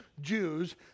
Jews